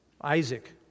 Isaac